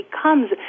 becomes